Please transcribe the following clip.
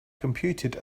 computed